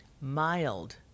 mild